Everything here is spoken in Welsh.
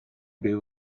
byw